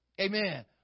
amen